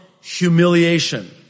humiliation